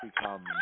become